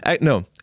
no